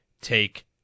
take